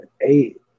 eight